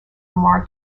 lamar